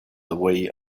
away